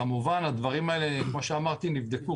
כמו שאמרתי, הדברים האלה נבדקו.